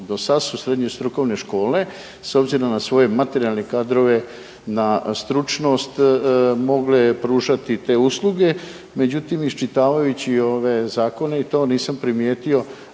Do sad su srednje strukovne škole s obzirom na svoje materijalne kadrove na stručnost mogle pružati te usluge, međutim iščitavajući ove zakone i to nisam primijetio